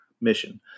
mission